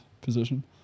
position